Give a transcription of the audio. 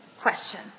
question